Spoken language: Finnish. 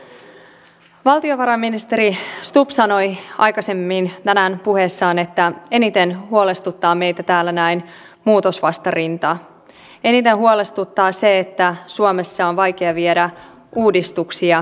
valtiovarainministeri stubb sanoi aikaisemmin tänään puheessaan että eniten meitä täällä näin huolestuttaa muutosvastarinta eniten huolestuttaa se että suomessa on vaikea viedä uudistuksia eteenpäin